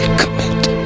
commit